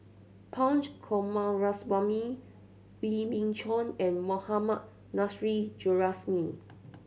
Punch Coomaraswamy Wee Beng Chong and Mohammad Nurrasyid Juraimi